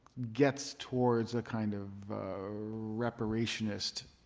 gets towards a kind of reparationist